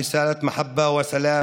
בערבית: מהבמה המכובדת